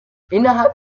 innerhalb